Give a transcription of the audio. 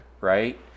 right